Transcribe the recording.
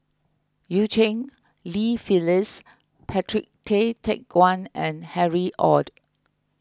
Eu Cheng Li Phyllis Patrick Tay Teck Guan and Harry Ord